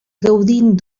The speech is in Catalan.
gaudint